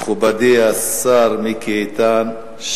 מכובדי השר מיקי איתן,